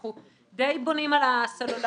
אנחנו דיי בונים על הסלולרי.